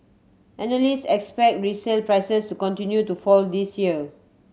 analysts expect resale prices to continue to fall this year